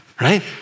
right